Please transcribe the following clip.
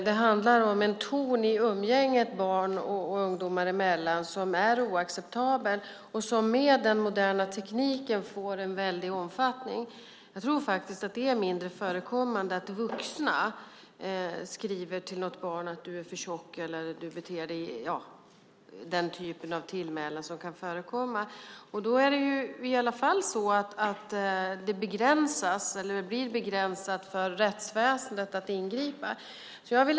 Det handlar om en ton i umgänget barn och ungdomar emellan som är oacceptabel och som med den moderna tekniken får en väldig omfattning. Jag tror faktiskt att det är mindre förekommande att vuxna skriver olika typer av tillmälen som kan förekomma till ett barn. Då finns det begränsningar för rättsväsendet att ingripa.